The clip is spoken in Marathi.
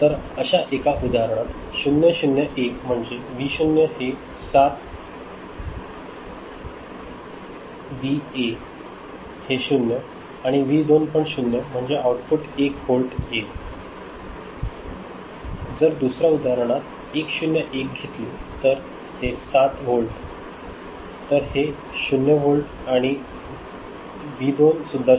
तर अशा एका उदाहरणात 0 0 1 म्हणजे व्ही 0 हे 7 व्ही 1 हे 0 आणि व्ही 2 हे पण शून्य म्हणून आउटपुट 1 व्होल्ट होईल जर दुसऱ्या उदाहरणात 1 0 1 घेतले तर हे 7 व्होल्ट तर हे 0 व्होल्ट आणि व्ही 2 सुद्धा0